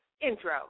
intro